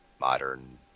modern